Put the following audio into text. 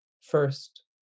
first